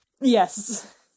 Yes